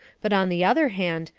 but on the other hand,